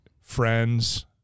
friends